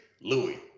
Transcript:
Louis